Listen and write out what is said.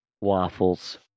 Waffles